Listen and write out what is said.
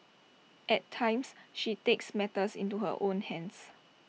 at times she takes matters into her own hands